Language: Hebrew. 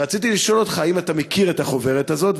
רציתי לשאול אותך: האם אתה מכיר את החוברת הזאת,